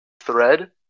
thread